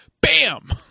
Bam